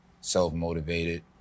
self-motivated